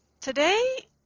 today